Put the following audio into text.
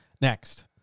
Next